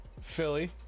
Philly